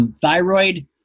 Thyroid